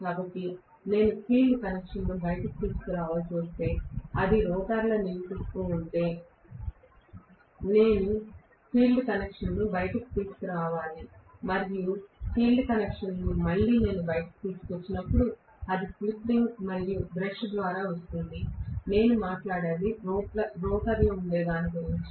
కాబట్టి నేను ఫీల్డ్ కనెక్షన్లను బయటకు తీసుకురావాల్సి వస్తే అది రోటర్లో నివసిస్తుంటే నేను ఫీల్డ్ కనెక్షన్లను బయటకు తీసుకురావాలి మరియు ఫీల్డ్ కనెక్షన్లను నేను మళ్ళీ బయటకు తీసుకువచ్చినప్పుడు అది స్లిప్ రింగ్ మరియు బ్రష్ ద్వారా వస్తుంది నేను మాట్లాడెది రోటర్లో ఉండె దాని గురించి